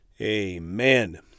Amen